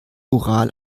oral